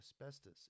asbestos